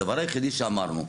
הדבר היחידי שאמרנו,